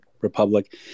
Republic